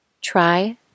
Try